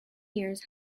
years